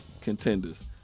contenders